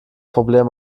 problem